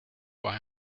why